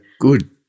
good